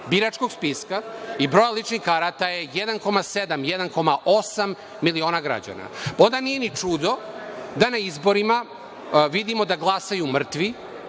biračkog spiska i broja ličnih karata je 1,7 i 1,8 miliona građana. Pa, onda nije ni čudo da na izborima vidimo da glasaju mrtvi